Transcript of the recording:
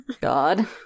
God